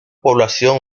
población